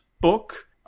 book